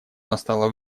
настало